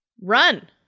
run